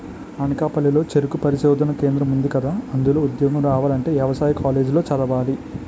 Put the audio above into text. అనకాపల్లి లో చెరుకు పరిశోధనా కేంద్రం ఉందికదా, అందులో ఉద్యోగం రావాలంటే యవసాయ కాలేజీ లో చదవాలి